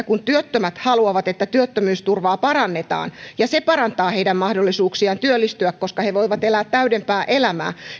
kun työttömät haluavat että työttömyysturvaa parannetaan ja sanovat että se parantaa heidän mahdollisuuksiaan työllistyä koska he voivat elää täydempää elämää